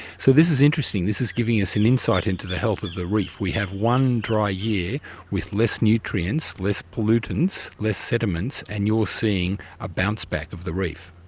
so this is interesting, this is giving us an insight into the health of the reef we have one dry year with less nutrients, less pollutants, less sediments, and you're seeing a bounce-back of the reef?